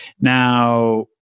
now